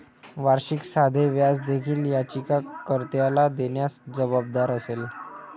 वार्षिक साधे व्याज देखील याचिका कर्त्याला देण्यास जबाबदार असेल